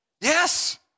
Yes